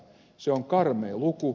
se on karmea luku